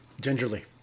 Gingerly